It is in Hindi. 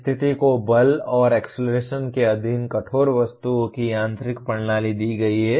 स्थिति को बल और एक्सेलरेशन के अधीन कठोर वस्तुओं की यांत्रिक प्रणाली दी गई है